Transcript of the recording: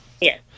Yes